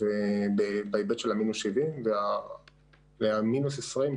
בהיבט של מינוס 70 ומינוס 20,